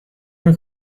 نمی